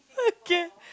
okay